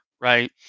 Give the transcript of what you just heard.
Right